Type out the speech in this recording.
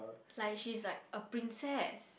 like she's like a princess